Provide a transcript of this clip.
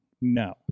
No